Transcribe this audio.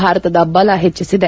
ಭಾರತದ ಬಲ ಹೆಚ್ಚಿಸಿದೆ